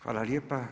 Hvala lijepa.